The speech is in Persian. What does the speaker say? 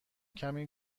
کمی